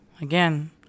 Again